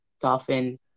dolphin